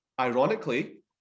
ironically